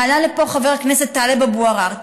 ועלה לפה חבר הכנסת טלב אבו עראר.